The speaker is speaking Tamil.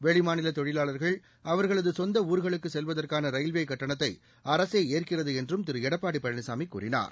வெளிமாநில தொழிலாளர்கள் அவர்களது சொந்த ஊர்களுக்குச் செல்வதற்கான ரயில்வே கட்டணத்தை அரசே ஏற்கிறது என்றும் திரு எடப்பாடி பழனிசாமி கூறினார்